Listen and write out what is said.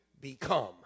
become